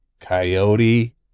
coyote